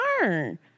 learn